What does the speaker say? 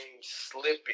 slipping